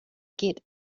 get